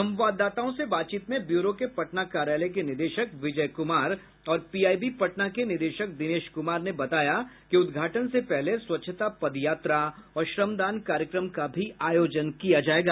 संवाददाताओं से बातचीत में ब्यूरो के पटना कार्यालय के निदेशक विजय कुमार और पीआईबी पटना के निदेशक दिनेश कुमार ने बताया कि उद्घाटन से पहले स्वच्छता पदयात्रा और श्रमदान कार्यक्रम का भी आयोजन किया जायेगा